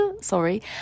sorry